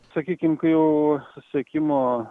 sakykim kai jau susisiekimo